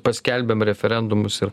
paskelbėm referendumus ir